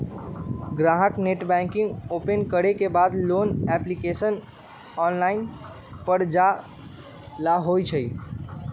ग्राहक net banking open करे के बाद लोन एप्लीकेशन ऑप्शन पर जाय ला होबा हई